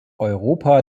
europa